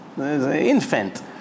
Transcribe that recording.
infant